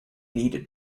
needed